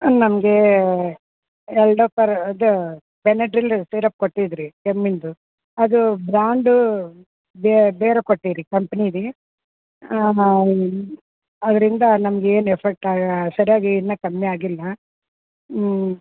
ನಮಗೆ ಎಲ್ಡೋಫರ್ ಅದು ಬೆನಡ್ರಿಲ್ ಸಿರಪ್ ಕೊಟ್ಟಿದ್ದಿರಿ ಕೆಮ್ಮಿನ್ದು ಅದು ಬ್ರಾಂಡ್ ಬೇರೆ ಕೊಟ್ಟಿರಿ ಕಂಪ್ನಿದೇ ಅವರಿಂದ ನಮಗೆ ಏನು ಎಫೆಕ್ಟ್ ಆಗ ಸರಿಯಾಗಿ ಎಲ್ಲ ಕಮ್ಮಿ ಆಗಿಲ್ಲ ಹ್ಞೂ